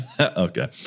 Okay